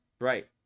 right